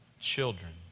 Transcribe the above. children